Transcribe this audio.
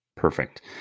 Perfect